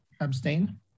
abstain